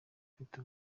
mfite